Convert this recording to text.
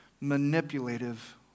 manipulative